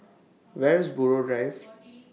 Where IS Buroh Drive